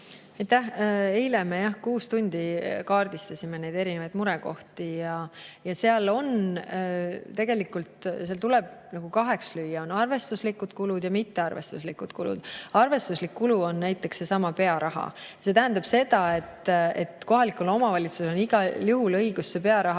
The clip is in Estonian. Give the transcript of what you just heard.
Eile me jah kaardistasime kuus tundi neid murekohti. See tuleb nagu kaheks lüüa: on arvestuslikud kulud ja mittearvestuslikud kulud. Arvestuslik kulu on näiteks seesama pearaha. See tähendab seda, et kohalikul omavalitsusel on igal juhul õigus see pearaha